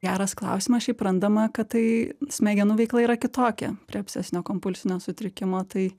geras klausimas šiaip randama kad tai smegenų veikla yra kitokia prie obsesinio kompulsinio sutrikimo tai